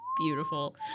Beautiful